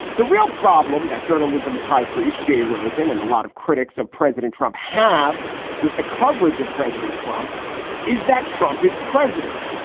the real problem that journalism's high priest, jay rosen and a lot of critics of president trump have with the coverage of president trump is that trump is president.